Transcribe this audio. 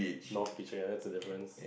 north beach ya that's a difference